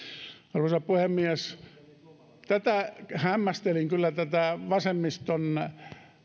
arvoisa puhemies hämmästelin kyllä tätä vasemmiston